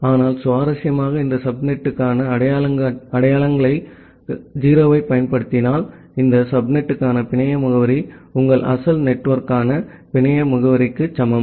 ஆனால் சுவாரஸ்யமாக இந்த சப்நெட்டுக்கான அடையாளங்காட்டியாக 0 ஐப் பயன்படுத்தினால் இந்த சப்நெட்டுக்கான பிணைய முகவரி உங்கள் அசல் நெட்வொர்க்கிற்கான பிணைய முகவரிக்கு சமம்